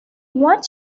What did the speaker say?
what